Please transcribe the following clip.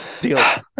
Deal